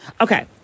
Okay